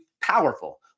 powerful